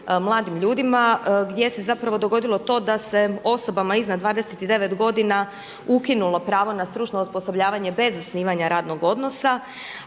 mladim ljudima gdje se zapravo dogodilo to da se osobama iznad 29 godina ukinulo pravo na stručno osposobljavanje bez zasnivanja radnog odnosa.